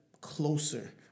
closer